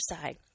side